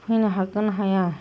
फैनो हागोन हाया